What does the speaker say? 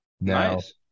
Nice